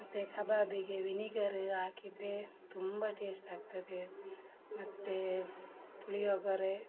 ಮತ್ತು ಕಬಾಬಿಗೆ ವಿನಿಗರ್ ಹಾಕಿದ್ರೆ ತುಂಬ ಟೇಸ್ಟಾಗ್ತದೆ ಮತ್ತು ಪುಳಿಯೋಗರೆ